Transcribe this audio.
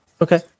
Okay